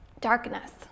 darkness